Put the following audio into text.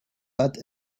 but